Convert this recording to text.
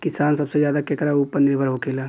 किसान सबसे ज्यादा केकरा ऊपर निर्भर होखेला?